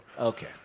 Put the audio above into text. Okay